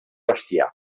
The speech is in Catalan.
bestiar